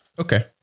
Okay